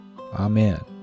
Amen